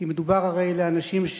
כי מדובר הרי באנשים,